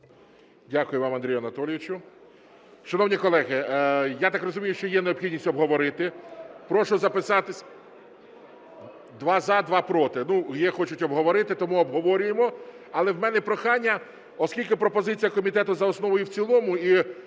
Дякую вам, Андрію Анатолійовичу. Шановні колеги, я так розумію, що є необхідність обговорити. Прошу записатись: два – за, два – проти. Ну, є, хочуть обговорити, тому обговорюємо. Але в мене прохання, оскільки пропозиція комітету за основу і в цілому і